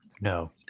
No